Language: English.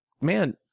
man—